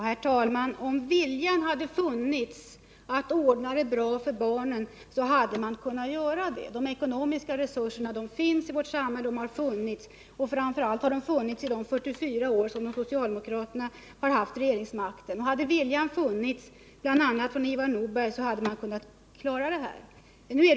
Herr talmän! Om viljan hade funnits att ordna det bra för barnen, så hade man också kunnat göra det. De ekonomiska resurserna för det finns och har funnits i vårt samhälle. Framför allt har de funnits under de 44 år som socialdemokraterna innehaft regeringsmakten. Om alltså bl.a. Ivar Nordberg hade haft den rätta viljan, så hade man kunnat klara utbyggnaden av barnomsorgen.